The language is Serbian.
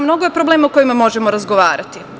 Mnogo je problema o kojima možemo razgovarati.